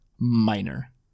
Minor